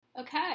Okay